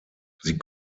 sie